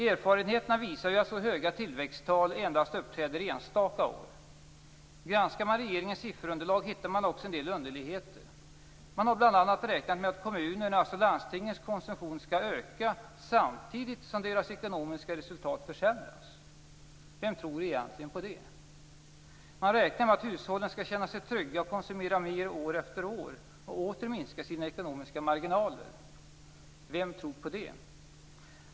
Erfarenheterna visar att så höga tillväxttal endast uppträder enstaka år. Granskar man regeringens sifferunderlag hittar man också en del underligheter. Man har bl.a. räknat med att kommunernas och landstingens konsumtion skall öka, samtidigt som deras ekonomiska resultat försämras. Vem tror egentligen på det? Man räknar med att hushållen skall känna sig trygga och konsumera mer år efter år och åter minska sina ekonomiska marginaler. Vem tror på det?